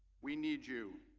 we need you,